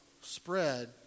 spread